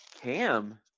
Cam